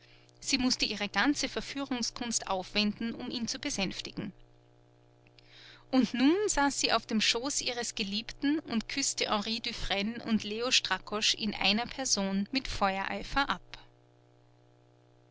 sie mußte ihre ganze verführungskunst aufwenden um ihn zu besänftigen und nun saß sie auf dem schoß ihres geliebten und küßte henry dufresne und leo strakosch in einer person mit feuereifer ab